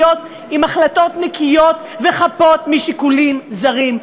עם החלטות נקיות וחפות משיקולים זרים,